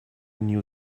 knew